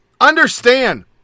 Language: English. Understand